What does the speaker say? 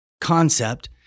concept